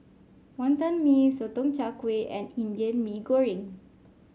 Wantan Mee Sotong Char Kway and Indian Mee Goreng